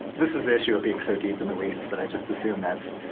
this is the issue of being so deep in the weeds that i just assume that's